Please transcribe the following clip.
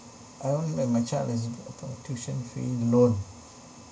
I only have my child as in a tuition fee loan